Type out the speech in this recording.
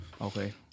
Okay